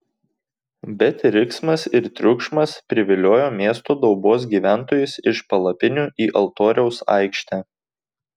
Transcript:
bet riksmas ir triukšmas priviliojo miesto daubos gyventojus iš palapinių į altoriaus aikštę